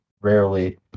rarely